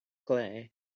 clay